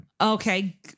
Okay